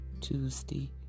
Tuesday